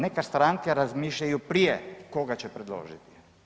Neke stranke razmišljaju prije koga će predložiti.